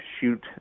shoot